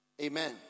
Amen